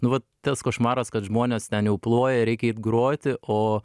nu vat tas košmaras kad žmonės ten jau ploja reikia eit groti o